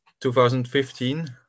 2015